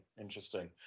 Interesting